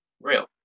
real